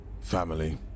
family